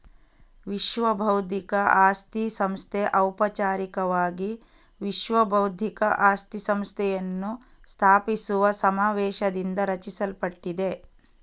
ವಿಶ್ವಬೌದ್ಧಿಕ ಆಸ್ತಿ ಸಂಸ್ಥೆ ಔಪಚಾರಿಕವಾಗಿ ವಿಶ್ವ ಬೌದ್ಧಿಕ ಆಸ್ತಿ ಸಂಸ್ಥೆಯನ್ನು ಸ್ಥಾಪಿಸುವ ಸಮಾವೇಶದಿಂದ ರಚಿಸಲ್ಪಟ್ಟಿದೆ